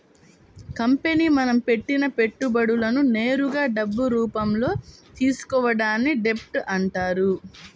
company మనం పెట్టిన పెట్టుబడులను నేరుగా డబ్బు రూపంలో తీసుకోవడాన్ని డెబ్ట్ అంటారు